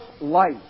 life